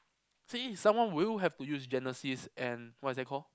see someone will you have to use genesis and what is that call